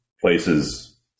places